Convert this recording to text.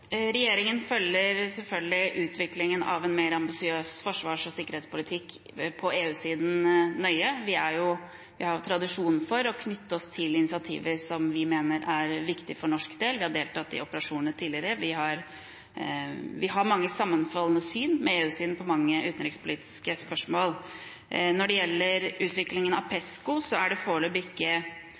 Regjeringen følger selvfølgelig utviklingen av en mer ambisiøs forsvars- og sikkerhetspolitikk på EU-siden nøye. Vi har tradisjon for å knytte oss til initiativer som vi mener er viktige for norsk del. Vi har deltatt i operasjoner tidligere. Vi har mange sammenfallende syn med EU-siden på mange utenrikspolitiske spørsmål. Når det gjelder utviklingen av Pesco, er det foreløpig ikke